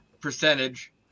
percentage